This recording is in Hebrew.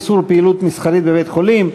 איסור פעילות מסחרית בבית-חולים),